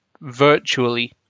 virtually